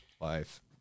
life